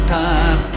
time